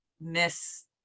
miss